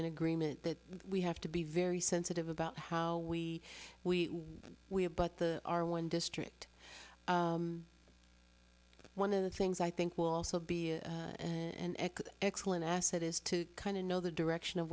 in agreement that we have to be very sensitive about how we we we are but the are one district one of the things i think will also be an excellent asset is to kind of know the direction of